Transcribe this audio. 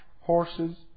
horses